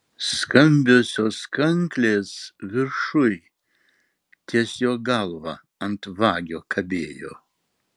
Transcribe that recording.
skambiosios kanklės viršuj ties jo galva ant vagio kabėjo